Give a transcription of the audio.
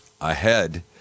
ahead